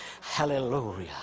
Hallelujah